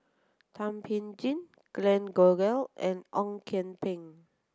Thum Ping Tjin Glen Goei and Ong Kian Peng